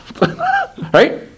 Right